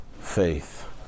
faith